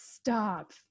stop